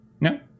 No